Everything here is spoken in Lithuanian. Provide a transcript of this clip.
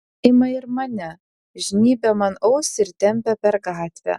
ima ir mane žnybia man ausį ir tempia per gatvę